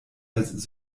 als